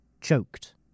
choked